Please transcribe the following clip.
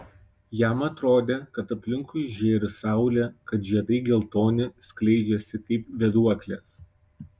jam atrodė kad aplinkui žėri saulė kad žiedai geltoni skleidžiasi kaip vėduoklės